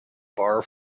bar